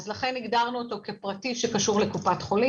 לכן הגדרנו אותו לפרטי שקשור לקופת חולים.